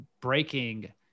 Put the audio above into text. breaking